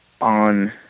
on